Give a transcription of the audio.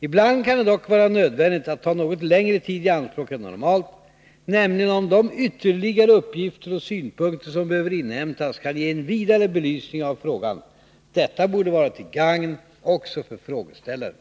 Ibland kan det dock vara nödvändigt att ta något längre tid i anspråk än normalt, nämligen om de ytterligare uppgifter och synpunkter som behöver inhämtas kan ge en vidare belysning av frågan. Detta borde vara till gagn också för frågeställaren.